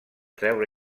treure